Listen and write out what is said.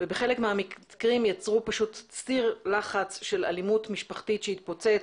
ובחלק מהמקרים יצרו פשוט סיר לחץ של אלימות משפחתית שהתפוצץ,